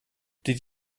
did